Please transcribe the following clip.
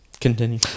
Continue